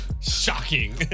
shocking